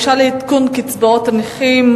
לעדכון קצבאות הנכים,